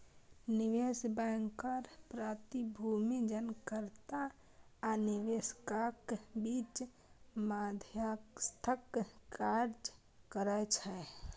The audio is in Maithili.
निवेश बैंकर प्रतिभूति जारीकर्ता आ निवेशकक बीच मध्यस्थक काज करै छै